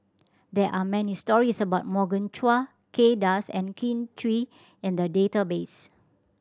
there are many stories about Morgan Chua Kay Das and Kin Chui in the database